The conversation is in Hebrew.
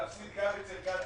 תפסיד גם אצל גנץ.